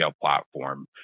platform